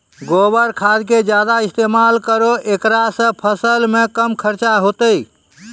गोबर खाद के ज्यादा इस्तेमाल करौ ऐकरा से फसल मे कम खर्च होईतै?